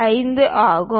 5 ஆகும்